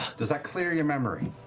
does that clear your memory?